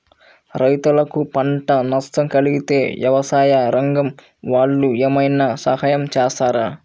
రైతులకు పంట నష్టం కలిగితే వ్యవసాయ రంగం వాళ్ళు ఏమైనా సహాయం చేస్తారా?